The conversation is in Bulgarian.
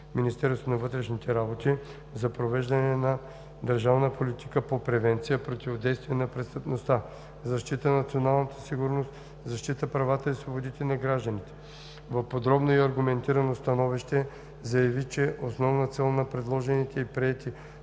Министерството на вътрешните работи за провеждане на държавната политика по превенция, противодействие на престъпността, защита на националната сигурност, защита правата и свободите на гражданите. В подробно и аргументирано становище заяви, че основна цел на предложените и приети